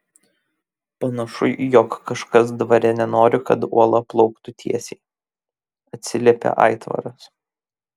panašu jog kažkas dvare nenori kad uola plauktų tiesiai atsiliepė aitvaras